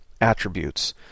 attributes